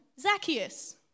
Zacchaeus